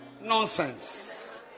Nonsense